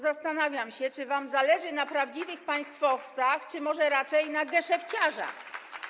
Zastanawiam się, czy wam zależy na prawdziwych państwowcach, czy może raczej na geszefciarzach.